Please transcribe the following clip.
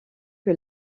que